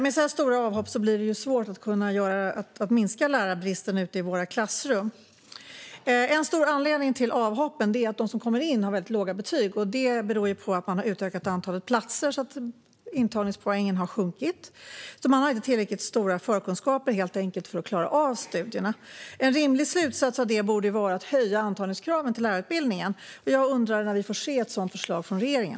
Med så stora avhopp blir det svårt att minska lärarbristen ute i klassrummen. En stor anledning till avhoppen är att de som kommer in har väldigt låga betyg. Det beror på att man har ökat antalet platser, så att intagningspoängen har sjunkit. De har alltså inte tillräckliga förkunskaper för att klara av studierna. En rimlig slutsats av detta borde vara att höja antagningskraven till lärarutbildningen. Jag undrar när vi får se ett sådant förslag från regeringen.